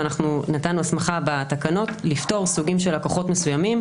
אנחנו נתנו הסמכה בתקנות לפתור סוגים של לקוחות מסוימים.